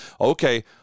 okay –